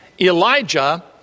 Elijah